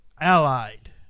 Allied